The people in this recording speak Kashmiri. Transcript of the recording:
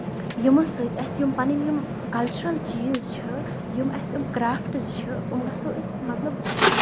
یِمو سۭتۍ اَسہِ یِم پَنٕنۍ یِم کَلچُرل چیٖز چھِ یِم اَسہِ یِم کریفٹس چھِ یِم گژھو أسۍ مطلب